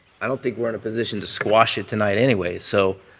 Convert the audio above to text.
i don't think we are in a position to squash it tonight anyway. so